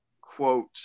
quote